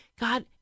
God